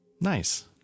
Nice